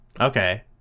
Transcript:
okay